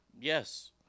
Yes